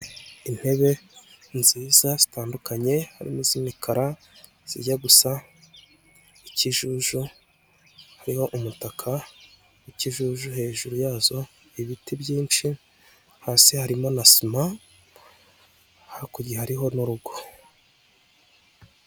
Intebe nziza zitandukanye harimo iz'imikara, izijya gusa ikijuju, hariho umutaka w'ikijuju hejuru yazo, ibiti byinshi, hasi harimo na sima, hakurya hariho n'urugo.